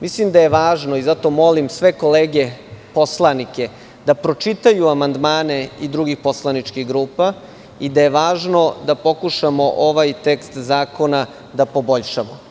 Mislim da je važno i zato molim sve kolege poslanike da pročitaju amandmane i drugih poslaničkih grupa i da je važno da pokušamo ovaj tekst zakona da poboljšamo.